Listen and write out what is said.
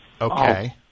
Okay